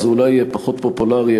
זה אולי יהיה פחות פופולרי,